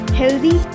healthy